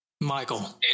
Michael